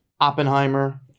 Oppenheimer